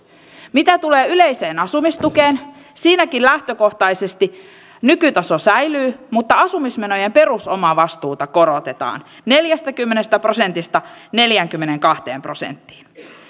mitä tulee yleiseen asumistukeen siinäkin lähtökohtaisesti nykytaso säilyy mutta asumismenojen perusomavastuuta korotetaan neljästäkymmenestä prosentista neljäänkymmeneenkahteen prosenttiin